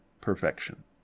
perfection